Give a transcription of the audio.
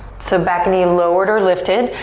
so back knee lowered or lifted,